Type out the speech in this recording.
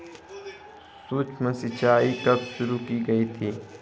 सूक्ष्म सिंचाई कब शुरू की गई थी?